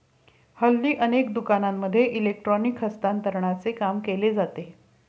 हल्ली अनेक दुकानांमध्ये इलेक्ट्रॉनिक हस्तांतरणाचे काम केले जाते